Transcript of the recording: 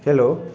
hello